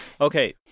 Okay